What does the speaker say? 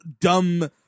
dumb